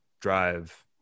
drive